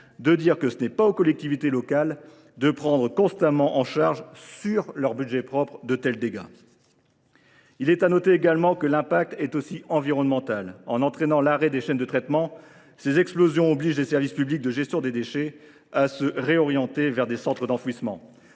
de dire que ce n’est pas aux collectivités locales de prendre constamment en charge, sur leur budget propre, les dégâts. Il est à noter également que l’impact est aussi d’ordre environnemental. En entraînant l’arrêt des chaînes de traitement des déchets, ces explosions obligent les gestionnaires des services publics de gestion des déchets à se réorienter vers des centres d’enfouissement,